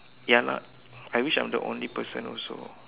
ya lah I wish I'm the only person also